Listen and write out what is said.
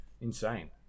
insane